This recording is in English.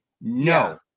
No